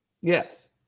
Yes